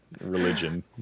religion